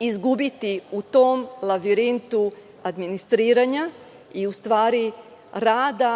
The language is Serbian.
izgubiti u tom lavirintu administriranja, u stvari rada